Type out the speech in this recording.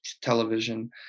television